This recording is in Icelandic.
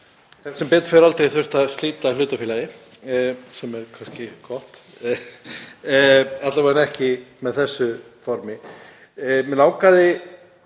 hef sem betur fer aldrei þurft að slíta hlutafélagi, sem er kannski gott, alla vega ekki með þessu formi.